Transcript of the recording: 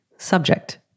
Subject